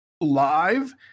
live